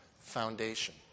foundation